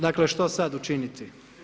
Dakle što sad učiniti?